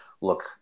look